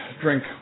drink